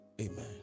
Amen